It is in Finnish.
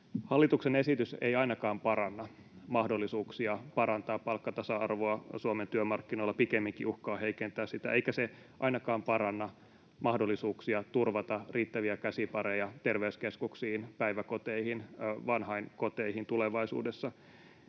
Hallituksen esitys ei ainakaan paranna mahdollisuuksia parantaa palkkatasa-arvoa Suomen työmarkkinoilla, pikemminkin uhkaa heikentää sitä, eikä se ainakaan paranna mahdollisuuksia turvata riittäviä käsipareja terveyskeskuksiin, päiväkoteihin ja vanhainkoteihin tulevaisuudessa.